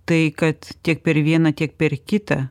tai kad tiek per vieną tiek per kitą